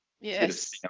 yes